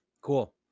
Cool